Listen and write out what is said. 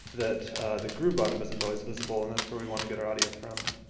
that the groove bottom isn't always visible and that's where we want to get our audio from.